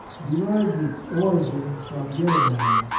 de rives its origin from gedemine,